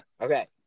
Okay